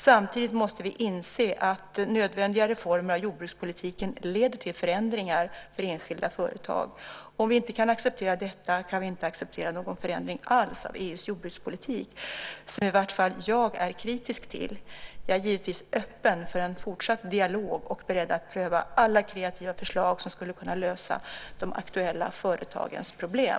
Samtidigt måste vi inse att nödvändiga reformer av jordbrukspolitiken leder till förändringar för enskilda företag. Om vi inte kan acceptera detta kan vi inte acceptera någon förändring alls av EU:s jordbrukspolitik som i vart fall jag är kritisk till. Jag är givetvis öppen för en fortsatt dialog och beredd att pröva alla kreativa förslag som skulle kunna lösa de aktuella företagens problem.